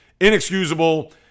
inexcusable